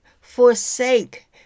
forsake